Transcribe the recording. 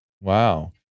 Wow